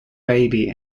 baby